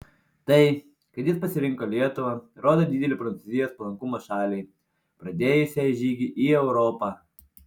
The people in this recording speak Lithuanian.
tai kad jis pasirinko lietuvą rodo didelį prancūzijos palankumą šaliai pradėjusiai žygį į europą